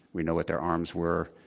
we know what their arms were.